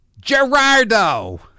Gerardo